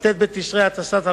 כ"ט בתשרי התשס"ט,